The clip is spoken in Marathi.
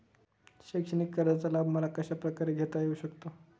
शैक्षणिक कर्जाचा लाभ मला कशाप्रकारे घेता येऊ शकतो?